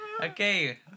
Okay